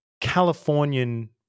californian